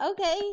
Okay